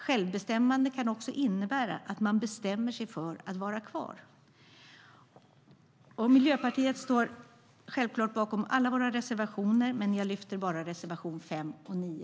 Självbestämmande kan också innebära att man bestämmer sig för att vara kvar. Vi i Miljöpartiet står självklart bakom alla våra reservationer, men jag yrkar bifall bara till reservationerna 5 och 9.